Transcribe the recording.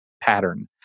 pattern